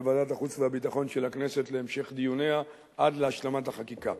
לוועדת החוץ והביטחון של הכנסת להמשך דיוניה עד להשלמת החקיקה.